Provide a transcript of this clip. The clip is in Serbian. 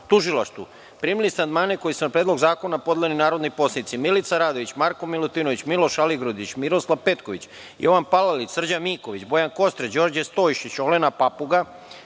TUŽILAŠTVUPrimili ste amandmane koji su na Predlog zakona podneli narodni poslanici Milica Radović, Marko Milutinović, Miloš Aligrudić, Miroslav Petković, Jovan Palalić, Srđan Miković, Bojan Kostreš, Đorđe Stojšić, Olena Papuga,